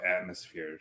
atmosphere